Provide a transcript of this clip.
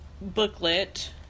booklet